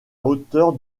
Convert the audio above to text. hauteur